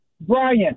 Brian